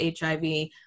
HIV